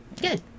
Good